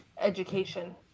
education